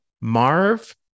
Marv